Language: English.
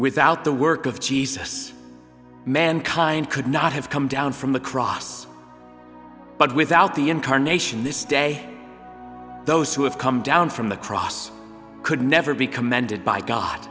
without the work of jesus mankind could not have come down from the cross but without the incarnation this day those who have come down from the cross could never be commanded by god